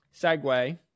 segue